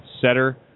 setter